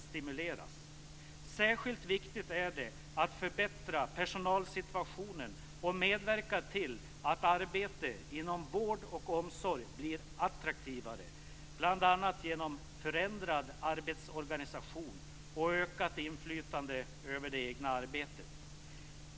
Särskilt viktigt är det att förbättra personalsituationen och medverka till att arbete inom vård och omsorg blir attraktivare, bl.a. genom förändrad arbetsorganisation och ökat inflytande över det egna arbetet.